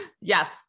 Yes